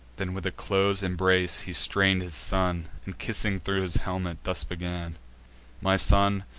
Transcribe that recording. then with a close embrace he strain'd his son, and, kissing thro' his helmet, thus begun my son,